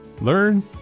learn